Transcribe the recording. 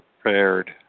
prepared